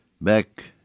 back